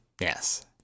Yes